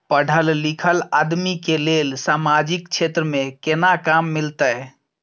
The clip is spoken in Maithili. पढल लीखल आदमी के लेल सामाजिक क्षेत्र में केना काम मिलते?